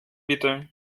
bitte